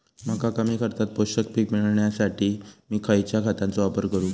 मका कमी खर्चात पोषक पीक मिळण्यासाठी मी खैयच्या खतांचो वापर करू?